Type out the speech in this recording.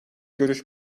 görüş